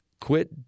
Quit